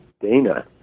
Dana